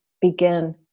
begin